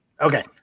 Okay